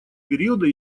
периода